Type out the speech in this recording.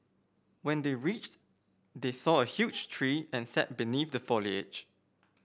when they reached they saw a huge tree and sat beneath the foliage